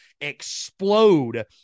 explode